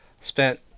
Spent